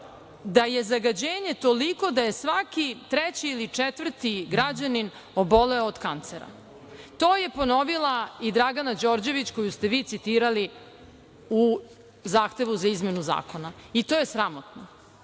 da je zagađenje toliko da je svaki treći ili četvrti građanin oboleo od kancera. To je ponovila i Dragana Đorđević, koju ste vi citirali u zahtevu za izmenu zakona i to je sramotno,